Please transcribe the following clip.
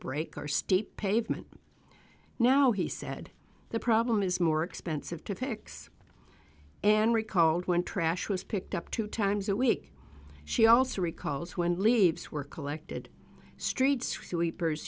break or stay pavement now he said the problem is more expensive to fix and recalled when trash was picked up two times a week she also recalls when leaves were collected street sweepers